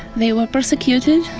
they were persecuted